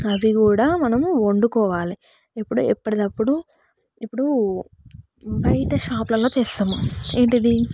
అవి కూడా మనము వండుకోవాలి ఎప్పటికప్పుడు ఇప్పుడు బయట షాపులలో తెస్తాము ఏంటిది